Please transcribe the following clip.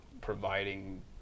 providing